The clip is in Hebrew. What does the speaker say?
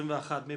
32 מי